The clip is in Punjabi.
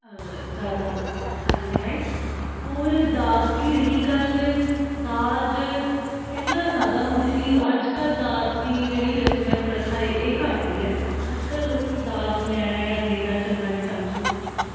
ਜ਼ਿਆਦਾ ਚੱਲ ਰਿਹਾ ਏ ਹੋਰ ਦਾਜ ਦੀ ਰਹੀ ਗੱਲ ਦਾਜ ਪਹਿਲਾਂ ਜ਼ਿਆਦਾ ਹੁੰਦੇ ਸੀ ਅੱਜ ਕੱਲ੍ਹ ਦਾਜ ਦੀ ਜਿਹੜੀ ਰਸਮ ਹੈ ਪ੍ਰਥਾ ਏ ਇਹ ਘੱਟ ਗਈ ਏ ਅੱਜ ਕੱਲ੍ਹ ਲੋਕ ਦਾਜ ਲੈਣਾ ਜਾਂ ਦੇਣਾ ਚੰਗਾ ਨਹੀਂ ਸਮਝਦੇ